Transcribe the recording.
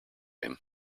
him